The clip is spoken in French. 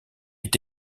est